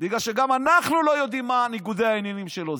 בגלל שגם אנחנו לא יודעים מהם ניגודי העניינים שלו,